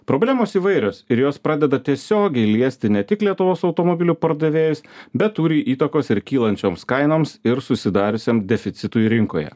problemos įvairios ir jos pradeda tiesiogiai liesti ne tik lietuvos automobilių pardavėjus bet turi įtakos ir kylančioms kainoms ir susidariusiam deficitui rinkoje